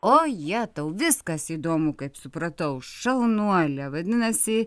o jetau viskas įdomu kaip supratau šaunuolė vadinasi